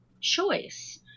choice